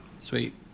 Sweet